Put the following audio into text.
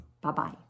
Bye-bye